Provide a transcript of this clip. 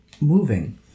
moving